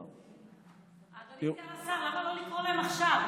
אבל למה לא לשבת איתן עכשיו?